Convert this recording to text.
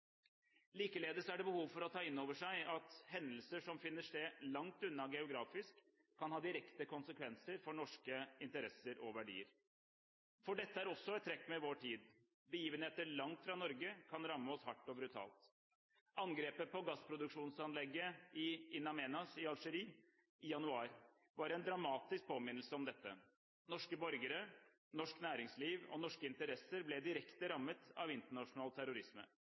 Likeledes er det behov for å ta inn over seg at hendelser som finner sted langt unna geografisk, kan ha direkte konsekvenser for norske interesser og verdier. For dette er også et trekk ved vår tid: Begivenheter langt fra Norge kan ramme oss hardt og brutalt. Angrepet på gassproduksjonsanlegget i In Amenas i Algerie i januar var en dramatisk påminnelse om dette. Norske borgere, norsk næringsliv og norske interesser ble direkte rammet av internasjonal terrorisme.